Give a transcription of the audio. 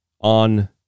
on